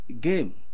game